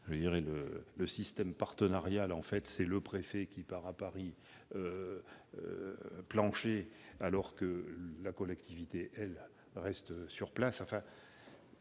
en fait de système partenarial, c'est le préfet qui part à Paris plancher, alors que la collectivité reste sur place